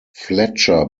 fletcher